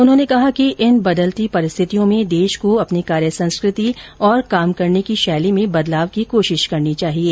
उन्होंने कहा कि इन बदलती परिस्थितियों में देश को अपनी कार्य संस्कृति और काम करने की शैली में बदलाव की कोशिश करनी चाहिये